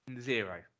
Zero